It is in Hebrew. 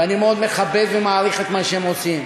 ואני מאוד מכבד ומעריך את מה שהם עושים.